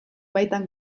baitan